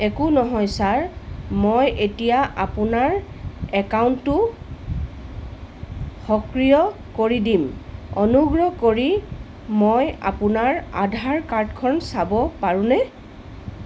একো নহয় ছাৰ মই এতিয়া আপোনাৰ একাউণ্টটো সক্ৰিয় কৰি দিম অনুগ্ৰহ কৰি মই আপোনাৰ আধাৰ কাৰ্ডখন চাব পাৰোনে